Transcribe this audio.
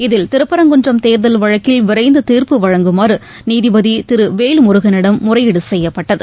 இதில் திருபரங்குன்றம் தேர்தல் வழக்கில் விரைந்து தீர்ப்பு வழங்கமாறு நீதிபதி திரு வேல்முருகனிடம் முறையீடு செய்யப்பட்டது